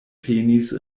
penis